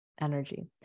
energy